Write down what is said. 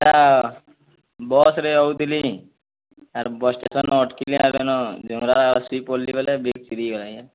sir ବସ୍ରେ ଆଉଥିଲିଁ ଆର୍ ବସ୍ ଷ୍ଟେସନନ ଅଟ୍କିଲା ସେନ ଝୁମ୍ରା ଶୁଇପଡ଼ିଲିଁ ବୋଇଲେ ବ୍ୟାଗ୍ ଚୁରିହେଇଗଲା ଆଜ୍ଞା